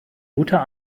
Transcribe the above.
guter